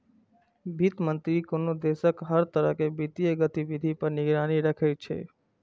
वित्त मंत्री कोनो देशक हर तरह के वित्तीय गतिविधि पर निगरानी राखै छै